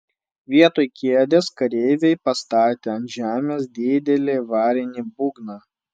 vietoj kėdės kareiviai pastatė ant žemės didelį varinį būgną